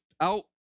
out